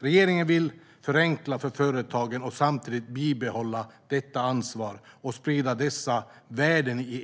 Regeringen vill förenkla för företagen och samtidigt bibehålla detta ansvar och sprida dessa värden i